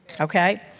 okay